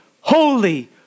holy